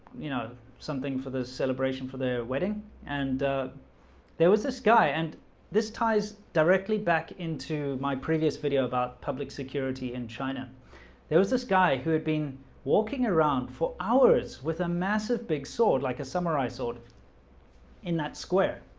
you know something for the celebration for their wedding and there was this guy and this ties directly back into my previous video about public security in and china there was this guy who had been walking around for hours with a massive big sword like a samurai sword in that square